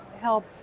help